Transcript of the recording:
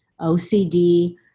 OCD